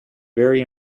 very